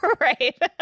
right